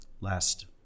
last